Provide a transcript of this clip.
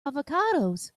avocados